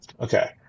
Okay